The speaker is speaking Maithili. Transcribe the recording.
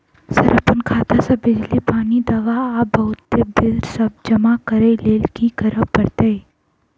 सर अप्पन खाता सऽ बिजली, पानि, दवा आ बहुते बिल सब जमा करऽ लैल की करऽ परतै?